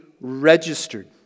registered